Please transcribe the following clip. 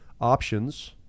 options